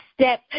step